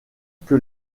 que